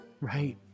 Right